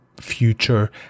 future